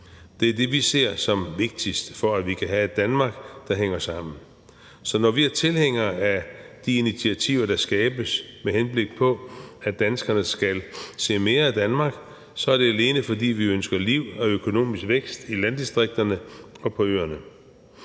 Det er det, vi ser som vigtigt, for at vi kan have et Danmark, der hænger sammen. Så når vi er tilhængere af de initiativer, der skabes, med henblik på at danskerne skal se mere af Danmark, så er det alene, fordi vi ønsker liv og økonomisk vækst i landdistrikterne og på øerne.